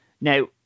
Now